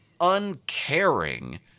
uncaring